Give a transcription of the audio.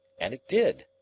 and it did.